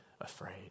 afraid